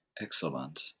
Excellent